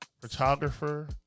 photographer